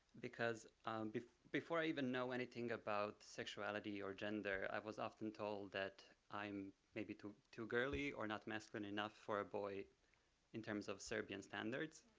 because before i even know anything about sexuality or gender, i was often told that i'm maybe too too girly or not masculine enough for a boy in terms of serbian standards.